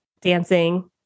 dancing